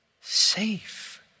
Safe